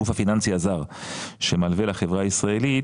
הגוף הפיננסי הזר שמלווה לחברה הישראלית